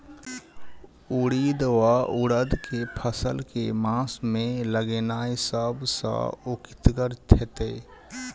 उड़ीद वा उड़द केँ फसल केँ मास मे लगेनाय सब सऽ उकीतगर हेतै?